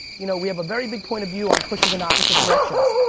you know we have a very big point of view on pushing in opposite directions.